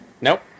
Nope